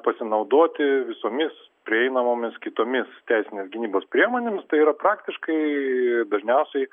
pasinaudoti visomis prieinamomis kitomis teisinės gynybos priemonėmis tai yra praktiškai dažniausiai